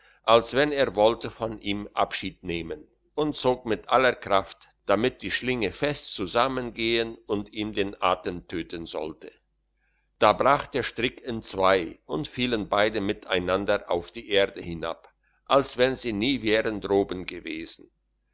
als wenn er wollte von ihm abschied nehmen und zog mit aller kraft damit die schlinge fest zusammengehen und ihm den atem töten sollte da brach der strick entzwei und fielen beide miteinander auf die erde hinab als wenn sie nie wären droben gewesen